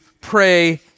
pray